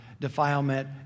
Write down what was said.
defilement